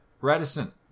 reticent